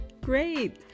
Great